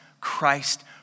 Christ